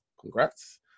Congrats